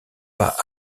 pas